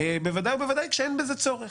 בוודאי ובוודאי כשאין בזה צורך.